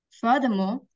Furthermore